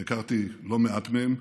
והכרתי לא מעט מהם,